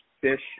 fish